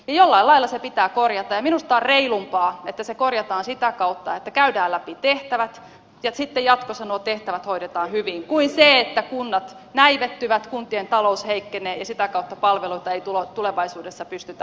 jollain lailla se pitää korjata ja minusta on reilumpaa että se korjataan sitä kautta että käydään läpi tehtävät ja sitten jatkossa nuo tehtävät hoidetaan hyvin kuin niin että kunnat näivettyvät kuntien talous heikkenee ja sitä kautta palveluita ei tulevaisuudessa pystytä hoitamaan